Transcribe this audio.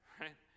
right